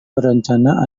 berencana